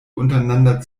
untereinander